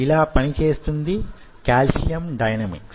ఇలా పనిచేస్తుంది calcium dynamics